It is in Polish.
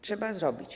Trzeba zrobić.